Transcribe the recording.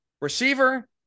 Receiver